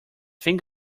think